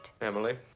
Emily